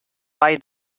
vall